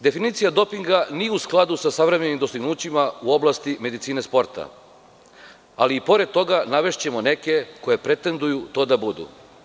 Definicija dopinga nije u skladu sa savremenim dostignućima u oblasti medicine sporta, ali i pored toga navešćemo neke koje pretenduju to da budu.